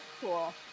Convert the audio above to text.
cool